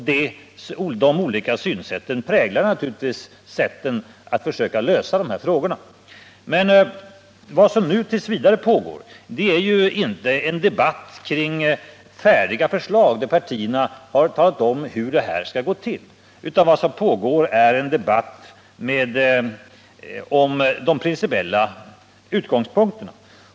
Våra olika synsätt präglar naturligtvis våra försök att lösa dessa frågor. Vad som nu t. v. pågår är ju inte en debatt kring färdiga förslag, i vilka partierna talat om hur de anser att det här bör gå till, utan vad som pågår är en debatt om de principiella utgångspunkterna.